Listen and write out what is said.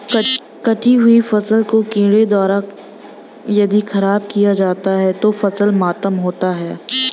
कटी हुयी फसल को कीड़ों द्वारा यदि ख़राब किया जाता है तो फसल मातम होता है